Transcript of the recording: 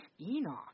Enoch